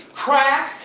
crack,